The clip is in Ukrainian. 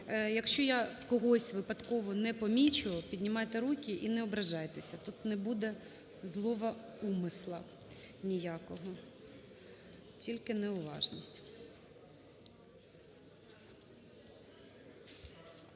Якщо я когось випадково не помічу – піднімайте руки і не ображайтесь, тут не буде злого умислу ніякого, тільки неуважність.